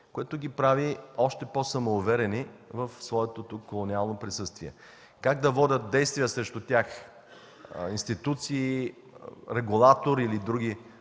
което ги прави още по-самоуверени в тяхното колониално присъствие. Как да водят действия срещу тях институции, регулатор или други